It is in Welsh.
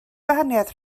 gwahaniaeth